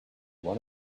one